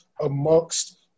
amongst